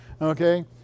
Okay